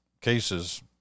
cases